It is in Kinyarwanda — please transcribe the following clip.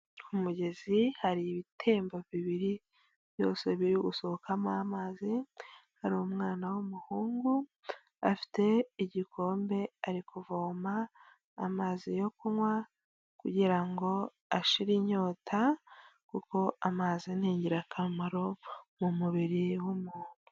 Ku mugezi hari ibitemba bibiri byose biri gusohokamo amazi, hari umwana w'umuhungu, afite igikombe ari kuvoma amazi yo kunywa, kugira ngo ashire inyota kuko amazi ni ingirakamaro mu mubiri w'umuntu.